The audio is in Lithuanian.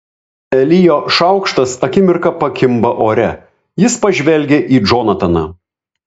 elijo šaukštas akimirką pakimba ore jis pažvelgia į džonataną